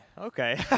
okay